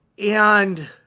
and